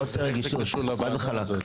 חוסר רגישות, חד וחלק.